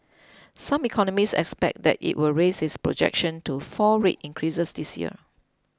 some economists expect that it will raise its projection to four rate increases this year